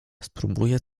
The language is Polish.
spróbuję